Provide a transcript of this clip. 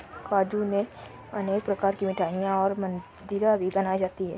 काजू से अनेक प्रकार की मिठाईयाँ और मदिरा भी बनाई जाती है